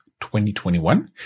2021